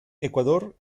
ecuador